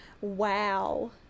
wow